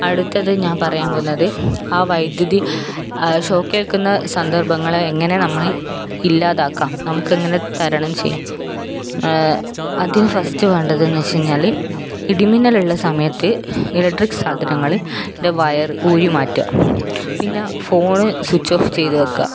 അടുത്തത് ഞാൻ പറയാൻ പോകുന്നത് ആ വൈദ്യുതി ആ ഷോക്ക് ഏൽക്കുന്ന സന്ദർഭങ്ങളെ എങ്ങനെ നമ്മൾ ഇല്ലാതാക്കാം നമുക്കെങ്ങനെ തരണം ചെയ്യാം ആദ്യം ഫസ്റ്റ് വേണ്ടതെന്ന് വെച്ച് കഴിഞ്ഞാൽ ഇടിമിന്നലുള്ള സമയത്ത് ഇലക്ട്രിക്ക് സാധനങ്ങൾ ൻ്റെ വയർ ഊരി മാറ്റുക പിന്നെ ഫോൺ സ്വിച്ച് ഓഫ് ചെയ്ത് വയ്ക്കുക